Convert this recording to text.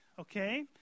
Okay